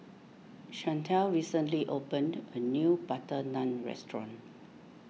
Shantel recently opened a new Butter Naan restaurant